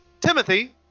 Timothy